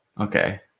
Okay